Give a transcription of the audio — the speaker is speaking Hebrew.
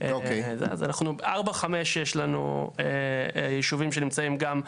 אז אנחנו 4,5 יש לנו יישובים שנמצאים גם,